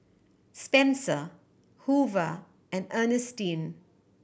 Spencer Hoover and Ernestine